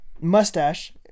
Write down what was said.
Mustache